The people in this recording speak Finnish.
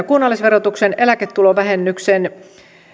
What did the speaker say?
kunnallisverotuksen eläketulovähennyksen